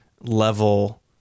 level